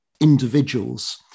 individuals